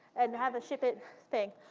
and have a ship it thing,